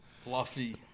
Fluffy